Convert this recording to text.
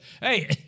Hey